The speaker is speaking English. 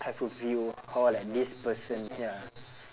have a view how like this person ya